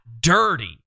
dirty